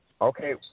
Okay